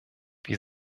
wie